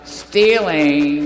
stealing